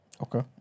Okay